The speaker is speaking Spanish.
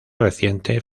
reciente